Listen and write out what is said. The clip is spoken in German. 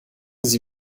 sie